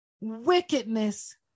wickedness